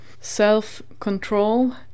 self-control